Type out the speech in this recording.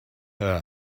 her